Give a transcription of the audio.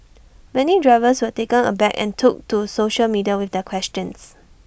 many drivers were taken aback and took to social media with their questions